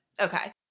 Okay